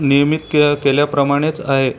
नियमित के केल्याप्रमाणेच आहे